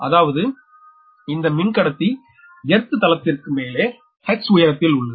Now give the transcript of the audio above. அதாவது இந்த மின்கடத்தி எர்த்தளத்திற்கு மேலே h உயரத்தில் உள்ளது